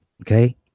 okay